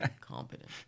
competent